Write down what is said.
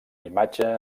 imatge